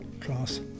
class